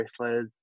wrestlers